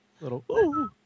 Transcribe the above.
little